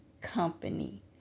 company